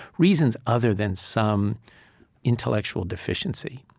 reasons other than some intellectual deficiency.